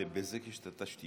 אבל לבזק יש את התשתיות.